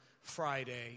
Friday